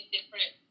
different